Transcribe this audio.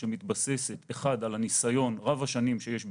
היא מתבססת על הניסיון רב השנים שיש במד"א.